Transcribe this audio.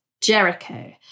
Jericho